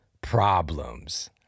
problems